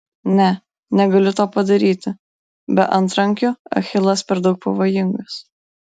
ne negaliu to padaryti be antrankių achilas per daug pavojingas